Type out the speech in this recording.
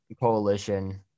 coalition